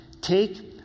Take